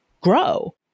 grow